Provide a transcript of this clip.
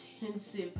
intensive